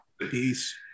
Peace